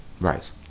Right